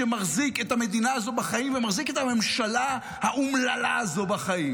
שמחזיק את המדינה הזו בחיים ומחזיק את הממשלה האומללה הזו בחיים.